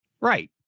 Right